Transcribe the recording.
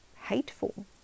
hateful